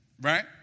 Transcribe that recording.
Right